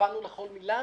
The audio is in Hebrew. התכוונו לכל מילה,